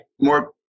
more